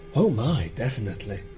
oh my, definitely.